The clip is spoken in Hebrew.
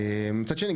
מצד שני,